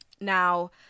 Now